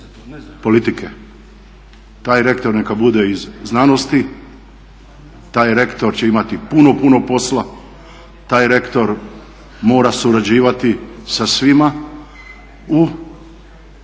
taj rektor neka bude iz znanosti, taj rektor će imati puno, puno posla, taj rektor mora surađivati sa svima u,